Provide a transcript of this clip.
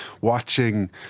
watching